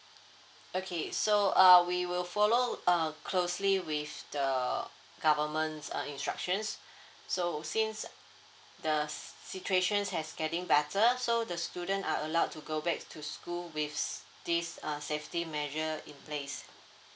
okay so uh we will follow uh closely with the government's uh instructions so since the s~ situations has getting better so the student are allowed to go back to school with s~ this uh safety measure in place